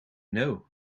know